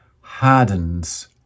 hardens